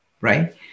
right